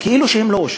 וזה כאילו שהן לא אושרו.